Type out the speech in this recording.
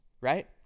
right